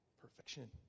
Perfection